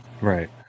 Right